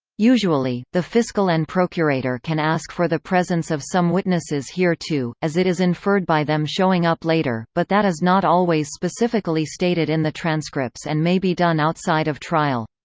usually, the fiscal and procurator can ask for the presence of some witnesses here too, as it is inferred by them showing up later, but that is not always specifically stated in the transcripts and may be done outside of trial.